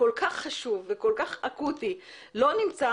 הכול כך חשוב וכול כך אקוטי לא נמצא